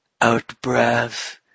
Out-breath